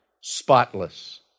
spotless